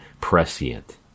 prescient